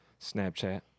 Snapchat